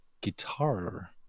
guitar